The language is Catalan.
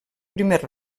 primer